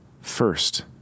first